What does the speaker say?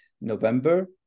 november